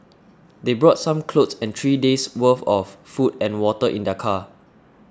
they brought some clothes and three days worth of food and water in their car